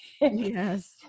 Yes